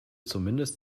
zumindest